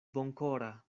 bonkora